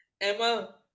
Emma